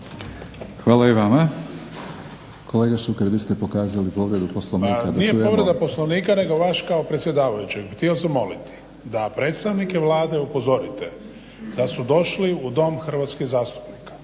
Hvala i vama.